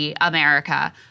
America